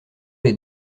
les